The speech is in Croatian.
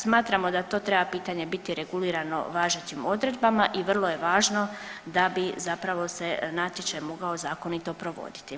Smatramo da to treba pitanje biti regulirano važećim odredbama i vrlo je važno da bi zapravo se natječaj mogao zakonito provoditi.